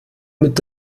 mit